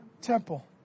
Temple